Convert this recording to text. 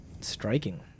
striking